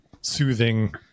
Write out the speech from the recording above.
soothing